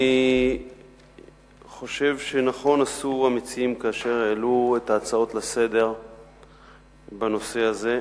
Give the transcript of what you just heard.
אני חושב שנכון עשו המציעים כאשר העלו את ההצעות לסדר-היום בנושא הזה.